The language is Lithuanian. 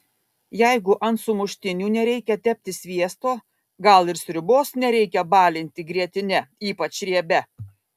jeigu ant sumuštinių nereikia tepti sviesto gal ir sriubos nereikia balinti grietine ypač riebia